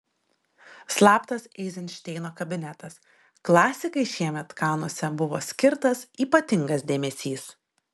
slaptas eizenšteino kabinetas klasikai šiemet kanuose buvo skirtas ypatingas dėmesys